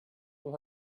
will